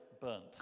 burnt